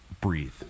breathe